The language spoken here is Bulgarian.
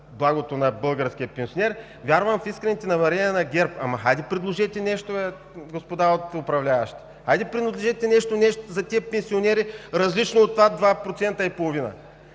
благото на българския пенсионер. Вярвам в искрените намерения на ГЕРБ, но хайде предложете нещо бе, господа управляващите. Хайде предложете нещо за тези пенсионери, различно от това два